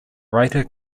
writer